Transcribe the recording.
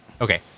Okay